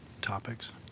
topics